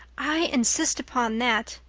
i insist upon that.